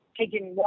taking